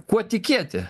kuo tikėti